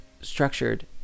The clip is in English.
structured